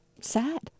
sad